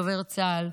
דובר צה"ל,